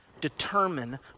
determine